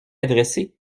adresser